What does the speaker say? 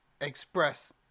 express